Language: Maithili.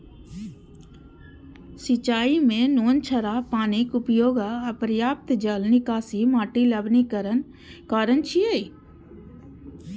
सिंचाइ मे नोनछराह पानिक उपयोग आ अपर्याप्त जल निकासी माटिक लवणीकरणक कारण छियै